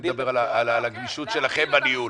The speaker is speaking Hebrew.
אני מדבר על הגמישות שלכם בניהול.